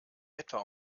etwa